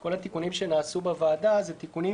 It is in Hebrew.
כל התיקונים שנעשו בוועדה הם תיקונים